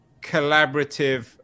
collaborative